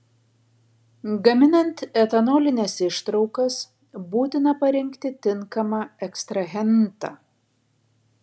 gaminant etanolines ištraukas būtina parinkti tinkamą ekstrahentą